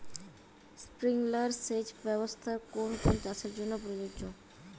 Sprinkler সেচ ব্যবস্থার কোন কোন চাষের জন্য প্রযোজ্য?